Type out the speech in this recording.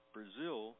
Brazil